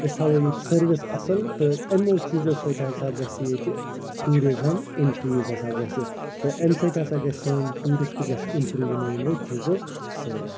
أسۍ تھاوو ییٚتہِ سٔروِس اصٕل تہٕ یِمو چیٖزو سۭتۍ حظ گَژھہِ ییٚتہِ ٹیٛوٗرِزٕم اِنکرٛیٖز ہَسا گَژھہِ تہٕ اَمہِ سۭتۍ ہَسا گَژھہِ سٲنۍ ٹیٛوٗرِسٹہٕ گَژھہِ اِمپرٛوٗ یمو یمو چیٖزو سۭتۍ